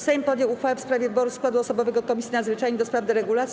Sejm podjął uchwałę w sprawie wyboru składu osobowego Komisji Nadzwyczajnej do spraw deregulacji.